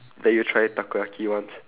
let you try takoyaki once